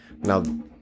Now